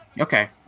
Okay